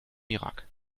irak